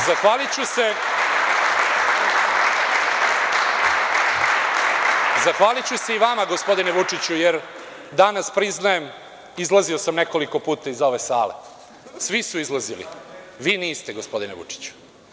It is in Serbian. Zahvaliću se i vama gospodine Vučiću jer danas priznajem, izlazio sam nekoliko puta iz ove sale, svi su izlazili, a vi niste, gospodine Vučiću.